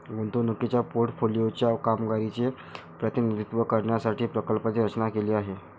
गुंतवणुकीच्या पोर्टफोलिओ च्या कामगिरीचे प्रतिनिधित्व करण्यासाठी प्रकल्पाची रचना केली आहे